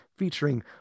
Featuring